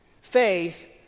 Faith